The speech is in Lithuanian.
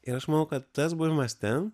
ir aš manau kad tas buvimas ten